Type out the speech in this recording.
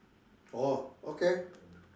orh okay